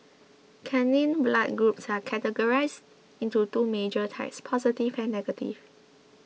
canine blood groups are categorised into two major types positive and negative